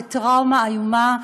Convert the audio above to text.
בטראומה איומה,